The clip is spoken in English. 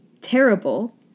terrible